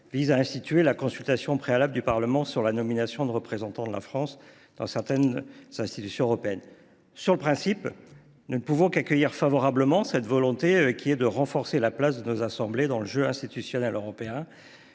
vise à instituer la consultation préalable du Parlement sur la nomination de représentants de la France auprès de certaines institutions européennes. Sur le principe, nous ne pouvons qu’accueillir favorablement cette volonté de renforcer la place de nos assemblées dans le jeu institutionnel européen.